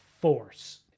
force